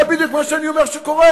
זה בדיוק מה שאני אומר שקורה.